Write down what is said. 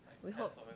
we hope